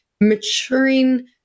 maturing